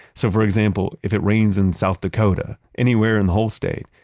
so for example, if it rains in south dakota, anywhere in the whole state,